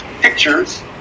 pictures